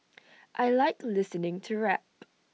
I Like listening to rap